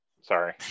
Sorry